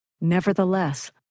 Nevertheless